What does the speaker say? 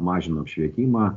mažino apšvietimą